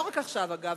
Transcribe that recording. לא רק עכשיו אגב,